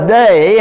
day